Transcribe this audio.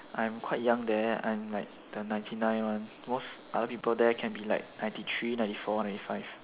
I'm quite young there I'm like the ninety nine one most other people there can be like ninety three ninety four ninety five